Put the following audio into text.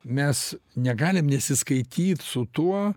mes negalim nesiskaityt su tuo